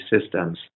systems